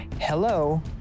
Hello